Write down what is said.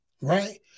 Right